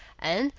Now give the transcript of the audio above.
and,